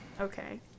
Okay